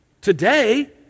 Today